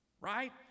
right